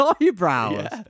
eyebrows